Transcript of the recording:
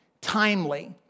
timely